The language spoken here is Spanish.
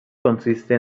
consiste